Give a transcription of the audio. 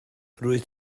rwyt